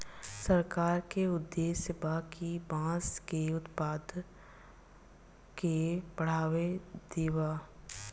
सरकार के उद्देश्य बा कि बांस के उत्पाद के बढ़ावा दियाव